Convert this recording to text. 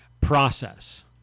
process